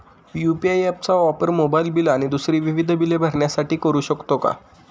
UPI app चा वापर mobile bill आणि दुसरी विविध बिले भरण्यासाठी करू शकतो का?